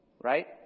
right